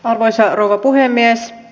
arvoisa rouva puhemies